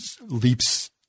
leaps